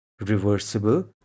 reversible